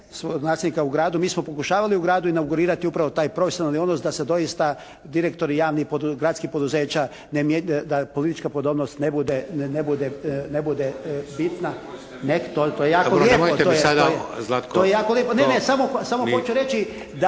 svog nasljednika u Gradu, mi smo pokušavali u Gradu inaugurirati upravo taj profesionalni odnos da se doista direktori javnih gradskih poduzeća, da politička podobnost ne bude bitna …… /Upadica se ne razumije./ … **Šeks, Vladimir